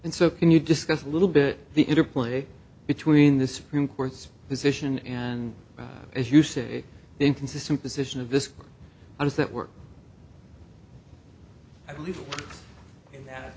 and so can you discuss a little bit the interplay between the supreme court's decision and as you say inconsistent position of this does that work i believe in that